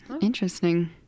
Interesting